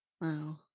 Wow